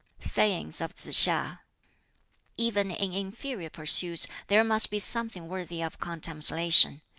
sayings of tsz-hia even in inferior pursuits there must be something worthy of contemplation,